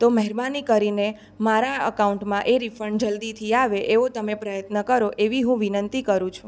તો મેહરબાની કરીને મારાં અકાઉન્ટમાં એ રિફંડ જલ્દીથી આવે એવો તમે પ્રયત્ન કરો એવી હું વિનંતી કરુ છુ